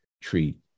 treat